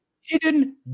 hidden